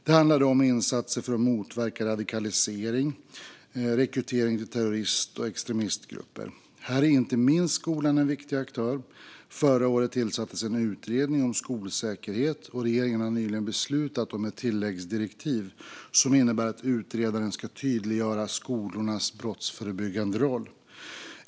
Det handlar då om insatser för att motverka radikalisering och rekrytering till terrorist och extremistgrupper. Här är inte minst skolan en viktig aktör. Förra året tillsattes en utredning om skolsäkerhet, och regeringen har nyligen beslutat om ett tilläggsdirektiv som innebär att utredaren ska tydliggöra skolornas brottsförebyggande roll.